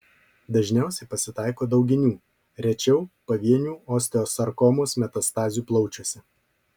dažniausiai pasitaiko dauginių rečiau pavienių osteosarkomos metastazių plaučiuose